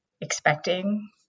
expecting